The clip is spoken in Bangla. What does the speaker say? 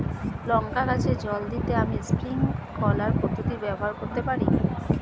লঙ্কা গাছে জল দিতে আমি স্প্রিংকলার পদ্ধতি ব্যবহার করতে পারি?